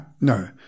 no